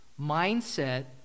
mindset